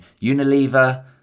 Unilever